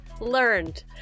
learned